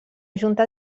junta